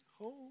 home